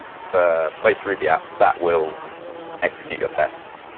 for most ruby apps, that will execute your tests.